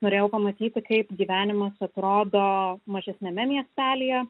norėjau pamatyti kaip gyvenimas atrodo mažesniame miestelyje